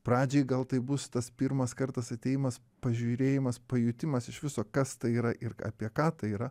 pradžiai gal tai bus tas pirmas kartas atėjimas pažiūrėjimas pajutimas iš viso kas tai yra ir apie ką tai yra